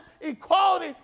equality